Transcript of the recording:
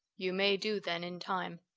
you may do, then, in time.